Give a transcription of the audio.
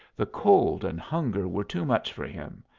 the cold and hunger were too much for him,